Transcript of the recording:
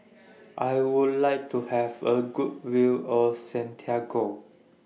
I Would like to Have A Good View of Santiago